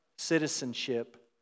citizenship